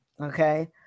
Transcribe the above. Okay